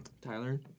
Tyler